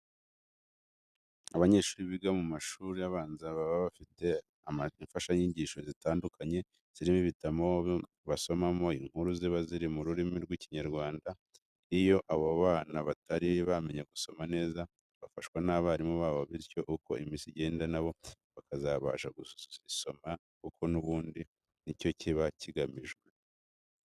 Abanyeshuri biga mu mashuri abanza baba bafite imfashanyigisho zitandukanye, zirimo ibitabo basomamo inkuru ziba ziri mu rurimi rw'Ikinyarwanda. Iyo abo bana batari bamenya gusoma neza bafashwa n'abarimu babo bityo uko iminsi igenda na bo bakazabasha kuzisomeza kuko n'ubundi ni cyo kiba kigamijwe.